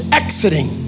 exiting